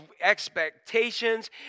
expectations